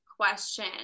question